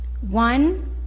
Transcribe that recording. one